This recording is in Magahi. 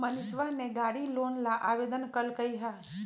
मनीषवा ने गाड़ी लोन ला आवेदन कई लय है